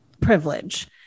privilege